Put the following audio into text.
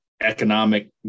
economic